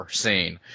scene